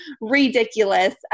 ridiculous